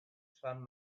sun